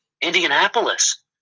Indianapolis